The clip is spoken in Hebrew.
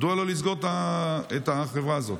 מדוע לא לסגור את החברה הזאת?